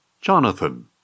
Jonathan